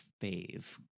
fave